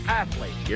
athlete